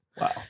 Wow